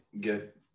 get